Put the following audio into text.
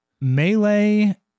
Melee